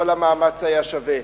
כל המאמץ היה שווה.